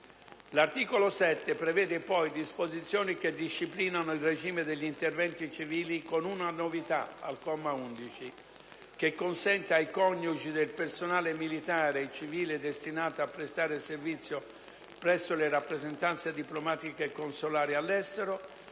L'articolo 7 prevede poi disposizioni che disciplinano il regime degli interventi civili, con una novità (al comma 11) che consente ai coniugi del personale militare e civile destinato a prestare servizio presso le rappresentanze diplomatiche e consolari all'estero